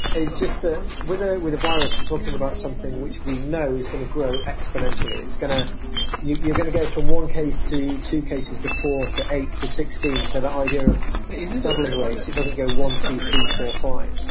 is just the weather with the virus. you're talking about something which we know is going to grow exponentially. it's going to you're going to go from one case to two cases to four to eight to sixteen. so the idea of doubling rates doesn't go one, two, three, four, five.